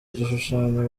gishushanyo